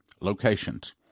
locations